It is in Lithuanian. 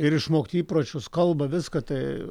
ir išmokti įpročius kalba viską tai